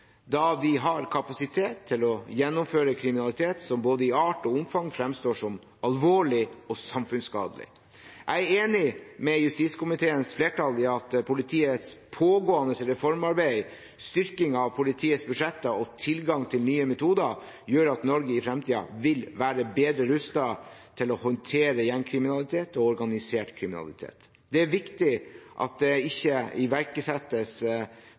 da de har kapasitet til å gjennomføre kriminalitet som både i art og omfang fremstår som alvorlig og samfunnsskadelig. Jeg er enig med justiskomiteens flertall i at politiets pågående reformarbeid, styrking av politiets budsjetter og tilgang til nye metoder gjør at Norge i fremtiden vil være bedre rustet til å håndtere gjengkriminalitet og organisert kriminalitet. Det er viktig at det ikke iverksettes